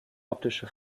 optische